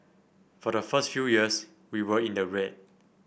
for the first few years we were in the red